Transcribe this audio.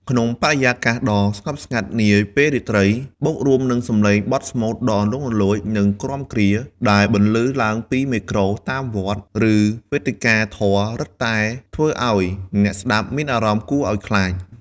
ក្នុងបរិយាកាសដ៏ស្ងប់ស្ងាត់នាពេលរាត្រី បូករួមនឹងសំឡេងបទស្មូតដ៏លន្លង់លន្លោច និងគ្រាំគ្រា ដែលបន្លឺឡើងពីមេក្រូ តាមវត្ត ឬវេទិកាធម៌រឹតតែធ្វើឲ្យអ្នកស្តាប់មានអារម្មណ៍គួរអោយខ្លាច។